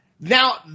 Now